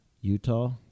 Utah